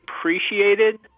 appreciated